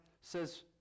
says